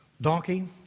donkey